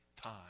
time